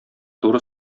туры